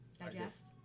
Digest